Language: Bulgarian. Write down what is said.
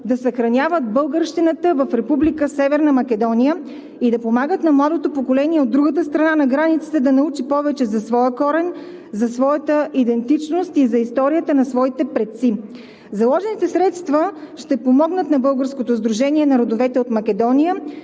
да съхраняват българщината в Република Северна Македония и да помагат на младото поколение от другата страна на границата да научи повече за своя корен, за своята идентичност и за историята на своите предци. Заложените средства ще помогнат на Българското сдружение на родовете от Македония